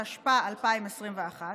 התשפ"א 2021,